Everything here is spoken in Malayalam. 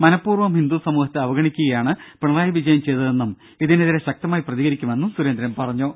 മനഃപ്പൂർവ്വം ഹിന്ദു സമൂഹത്തെ അവഗണിക്കുകയാണ് പിണറായി വിജയൻ ചെയ്തതെന്നും ഇതിനെതിരെ ശക്തമായി പ്രതികരിക്കുമെന്നും സുരേന്ദ്രൻ പറഞ്ഞു